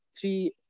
Three